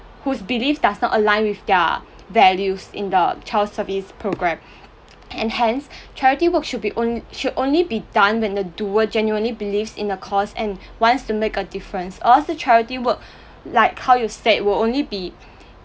whose belief does not align with their values in the child's service programme and hence charity work should be only should only be done when the doer genuinely believes in a cause and wants to make a difference or else charity work like how you said will only be